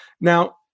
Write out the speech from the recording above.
Now